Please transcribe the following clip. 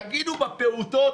תגידו בפעוטות